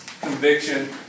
conviction